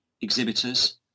exhibitors